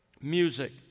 Music